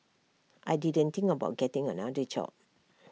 I didn't think about getting another job